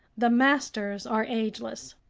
the masters are ageless.